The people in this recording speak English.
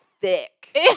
thick